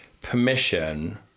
permission